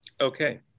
Okay